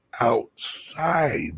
outside